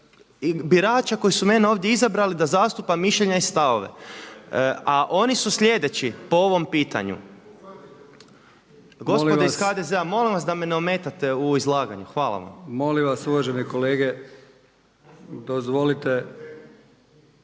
birača koji su mene ovdje izabrali da zastupam mišljenja i stavove, a oni su sljedeći po ovom pitanju. Gospodo iz HDZ-a molim vas da me ne ometate u izlaganju. Hvala vam. **Brkić, Milijan (HDZ)** Molim vas uvažene kolege, dozvolite